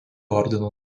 ordino